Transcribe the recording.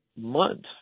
months